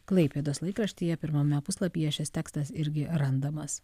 klaipėdos laikraštyje pirmame puslapyje šis tekstas irgi randamas